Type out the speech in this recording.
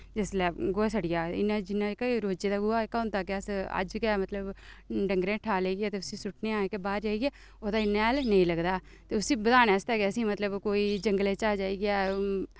जिसलै गोहा सड़ी जा इन्ना जिन्ना जेह्का रोजै दा गोहा जेह्का होंदा अस अज्ज गै मतलब डंगरें हेठा लेइयै ते उसी सु'ट्टने आं जेह्के बाह्र जाइयै ओह्दा इन्ना हैल नेईं लगदा ऐ ते उसी बधाने आस्तै गै असे ईं मतलब कोई जंगल च जाइयै